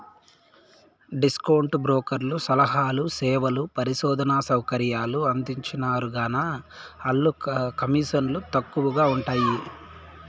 discount బ్రోకర్లు సలహాలు, సేవలు, పరిశోధనా సౌకర్యాలు అందించరుగాన, ఆల్ల కమీసన్లు తక్కవగా ఉంటయ్యి